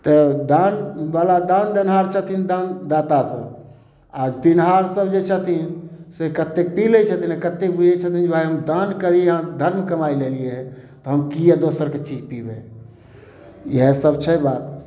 तऽ दान बला दान देनिहार छथिन दान दाता सब आ पीनहार सब जे छथिन से कतेक पी लै छथिन कते बुझै छथिन जे भाइ हा दान करी धर्म कमाय लऽ एलियै हऽ तऽ हम किये दोसर के चीज पीबै इएह सब छै बात